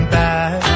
back